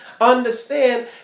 understand